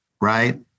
right